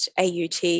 AUT